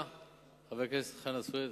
חבר הכנסת חנא סוייד,